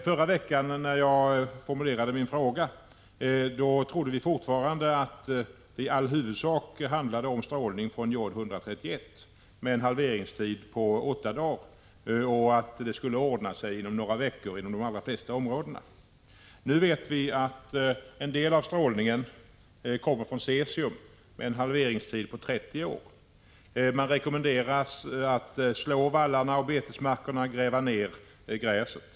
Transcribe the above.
Förra veckan, när jag formulerade min fråga, trodde vi fortfarande att det i huvudsak handlade om strålning från jod 131 med en halveringstid på åtta dagar och att det inom de allra flesta områden skulle ordna sig inom ett par veckor. Nu vet vi att en del av strålningen kommer från cesium 137 med en halveringstid på 30 år. Man rekommenderas att slå vallar och betesmarker och gräva ned gräset.